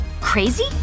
Crazy